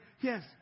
Yes